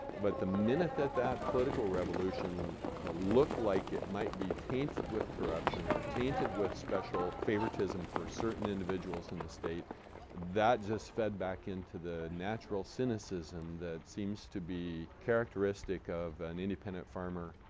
but the minute that that political revolution looked like it might be tainted with corruption or tainted with special favoritism for certain individuals in the state that just fed back into the natural cynicism that seems to be characteristic of an independent farmer.